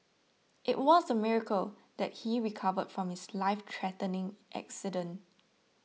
it was a miracle that he recover from his life threatening accident